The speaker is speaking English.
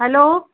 hello